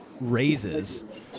raises